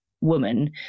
woman